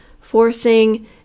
Forcing